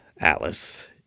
Alice